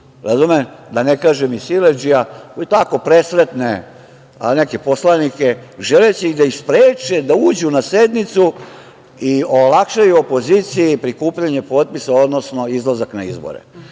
ljutić, da ne kažem i siledžija koji takao presretne neke poslanike, želeći da ih spreči da uđu na sednicu i olakšaju opoziciji prikupljanje potpisa, odnosno izlazak na